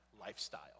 lifestyle